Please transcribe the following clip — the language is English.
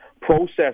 process